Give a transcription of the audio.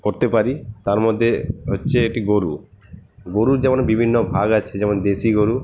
করতে পারি তার মধ্যে হচ্ছে একটি গরু গরুর যেমন বিভিন্ন ভাগ আছে যেমন দেশি গরু